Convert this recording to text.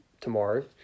tomorrow